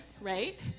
right